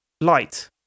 light